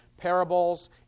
parables